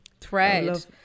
thread